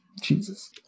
jesus